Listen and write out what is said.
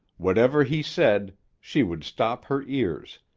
whatever he said she would stop her ears,